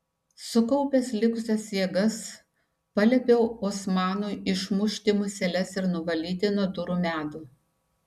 sukaupęs likusias jėgas paliepiau osmanui išmušti museles ir nuvalyti nuo durų medų